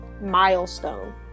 milestone